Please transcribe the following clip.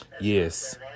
Yes